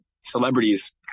celebrities